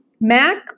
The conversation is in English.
Mac